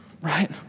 Right